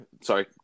sorry